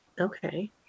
okay